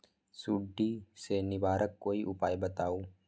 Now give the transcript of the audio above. सुडी से निवारक कोई उपाय बताऊँ?